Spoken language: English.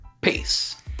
Peace